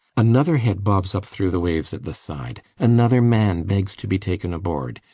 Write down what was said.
another head bobs up through the waves at the side. another man begs to be taken aboard.